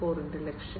0 ന്റെ ലക്ഷ്യം